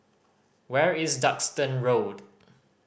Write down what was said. where is Duxton Road